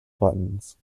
buttons